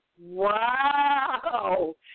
Wow